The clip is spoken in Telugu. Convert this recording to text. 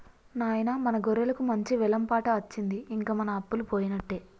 నాయిన మన గొర్రెలకు మంచి వెలం పాట అచ్చింది ఇంక మన అప్పలు పోయినట్టే